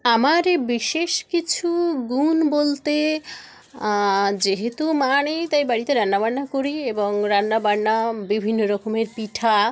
আমারে বিশেষ কিছু গুণ বলতে যেহেতু মা নেই তাই বাড়িতে রান্না বান্না করি এবং রান্না বান্না বিভিন্ন রকমের পিঠে